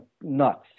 nuts